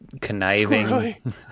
conniving